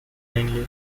mainly